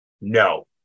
No